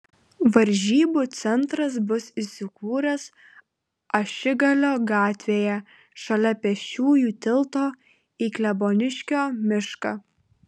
varžybų centras bus įsikūręs ašigalio gatvėje šalia pėsčiųjų tilto į kleboniškio mišką